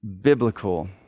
biblical